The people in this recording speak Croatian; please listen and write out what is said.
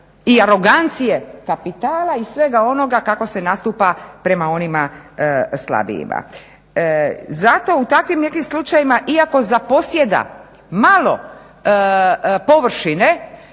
i arogancije kapitala i svega onoga kako se nastupa prema onima slabijima. Zato u takvim nekim slučajevima iako zaposjeda malo površine